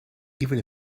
even